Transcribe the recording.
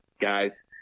guys